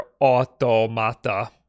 Automata